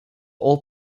all